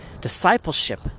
Discipleship